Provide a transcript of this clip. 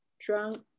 drunk